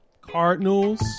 Cardinals